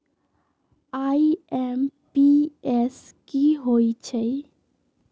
IMPS की होईछइ?